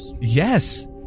Yes